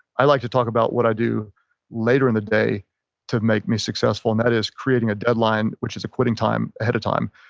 i like to talk about what i do later in the day to make me successful and that is creating a deadline which is a quitting time, ahead of time.